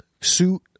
suit